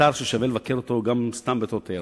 אתר ששווה לבקר בו גם סתם בתור תיירות.